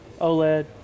OLED